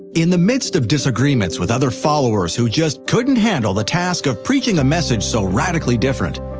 in the midst of disagreements with other followers who just couldn't handle the task of preaching a message so radically different,